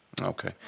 Okay